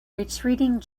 retreating